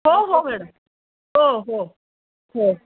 हो हो मॅडम हो हो हो